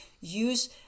use